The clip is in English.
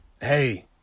Hey